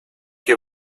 you